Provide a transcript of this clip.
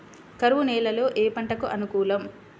కరువు నేలలో ఏ పంటకు అనుకూలం?